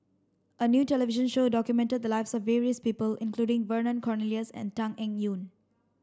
a new television show documented the lives of various people including Vernon Cornelius and Tan Eng Yoon